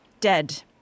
dead